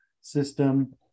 system